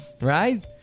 right